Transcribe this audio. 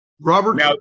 Robert